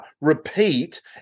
repeat